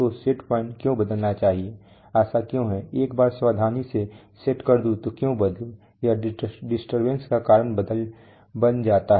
तो set point क्यों बदलना चाहिए ऐसा क्यों है एक बार सावधानी से सेट कर दूं तो क्यों बदलूं यह डिस्टर्बेंस के कारण बदल जाता है